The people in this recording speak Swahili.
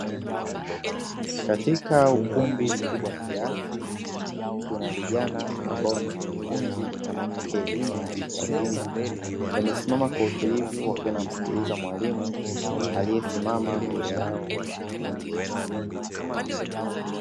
Katika ukumbi mkubwa kiasi, kuna vijana ambao ni wanafunzi wanaopokea elimu ya watu wazima. Wamesimama kwa utulivu wakiwa wanamsikiliza mwalimu aliyesimama mbele yao akifundisha.